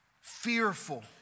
Fearful